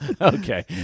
Okay